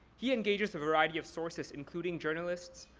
he engages a variety of sources including, journalists,